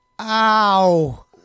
ow